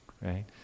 Right